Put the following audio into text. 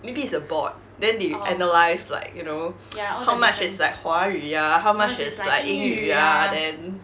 maybe it's a bot then they analyse like you know how much is like 华语啊 how much is like 英语啊 then